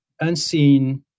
unseen